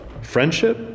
friendship